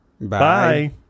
Bye